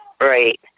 right